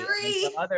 three